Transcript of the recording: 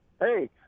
Hey